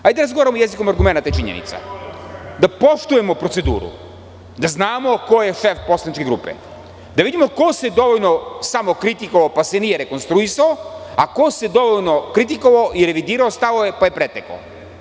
Hajde da razgovaramo jezikom argumenata i činjenica, da poštujemo proceduru, da znamo ko je šef poslaničke grupe, da vidimo ko se dovoljno samokritikovao, pa se nije rekonstruisao, a ko se dovoljno kritikovao i revidirao stavove, pa je pretekao.